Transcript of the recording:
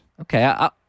Okay